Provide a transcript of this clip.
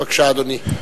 בבקשה, אדוני.